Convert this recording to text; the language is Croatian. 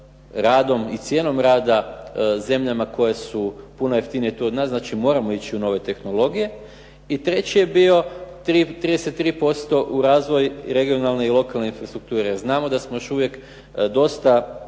radom i cijenom rada zemljama koje su puno jeftinije tu od nas. Znači moramo ići u nove tehnologije. I treći je bio 33% u razvoj regionalne i lokalne infrastrukture, jer znamo da smo još uvijek dosta